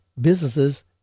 businesses